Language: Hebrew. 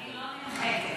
אני לא נמחקת